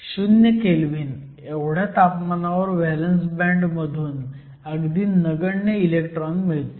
0 kelvin एवढ्या तापमानावर valence band मधून अगदी नगण्य इलेक्ट्रॉन मिळतील